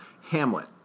Hamlet